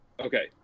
Okay